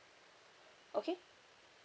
okay